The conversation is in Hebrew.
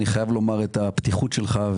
אני חייב לומר את הפתיחות שלך,